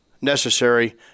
necessary